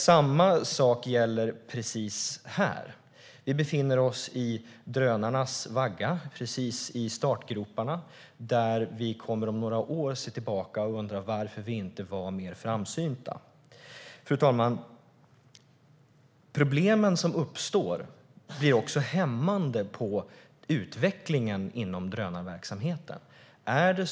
Samma sak gäller nog här. Vi befinner oss i startgroparna när det gäller drönarna. Om några år kommer vi att se tillbaka och undra varför vi inte var mer framsynta. Fru talman! De problem som uppstår blir också hämmande på utvecklingen av drönarverksamheten.